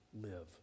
live